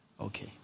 Okay